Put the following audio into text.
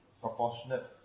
proportionate